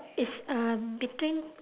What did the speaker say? it's uh between